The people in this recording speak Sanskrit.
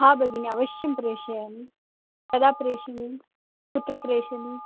हा भगिनि अवश्यं प्रेषयामि कदा प्रेषणीयं कुत्र प्रेषणीयं